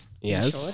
yes